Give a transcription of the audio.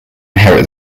inherit